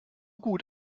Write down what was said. gut